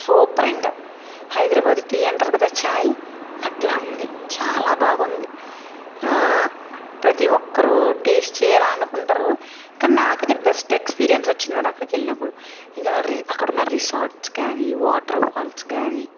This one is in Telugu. సూపరింక హైదరాబాద్ టీ అంటారుకదా చాయ్ అట్లా ఉంది చాలా బాగుంది ప్రతీ ఒక్కరు టేస్ట్ చేయాలని అనుకుంటారు కానీ నాకైతే బెస్ట్ ఎక్స్పీరియన్స్ వచ్చిందనమాట అక్కడికెళ్ళినప్పుడు ఇంక వ అక్కడున్న రిసార్ట్స్ గానీ వాటర్ ఫాల్స్ కానీ